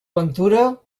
ventura